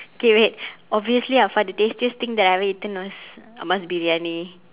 K wait obviously afar the tastiest thing that I ever eaten was amma's briyani